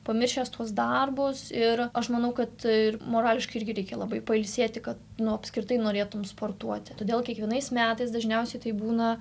pamiršęs tuos darbus ir aš manau kad morališkai irgi reikia labai pailsėti kad nu apskritai norėtum sportuoti todėl kiekvienais metais dažniausiai tai būna